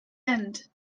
end